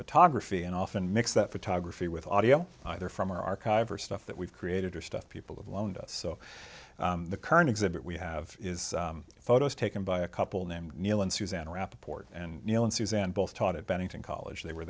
photography and often mix that photography with audio either from our archive or stuff that we've created or stuff people have loaned us so the current exhibit we have is photos taken by a couple named neal and suzanne rappoport and neil and suzanne both taught at bennington college they were